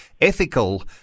ethical